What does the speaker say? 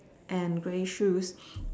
and grey shoes